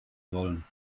sollen